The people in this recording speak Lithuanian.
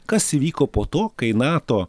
kas įvyko po to kai nato